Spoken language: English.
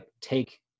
take